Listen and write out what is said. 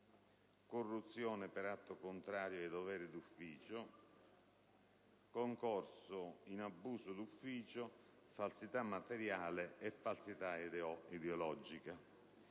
corruzione per atto contrario ai doveri d'ufficio, concorso in abuso d'ufficio, falsità materiale e falsità ideologica.